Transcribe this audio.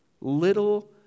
Little